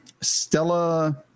Stella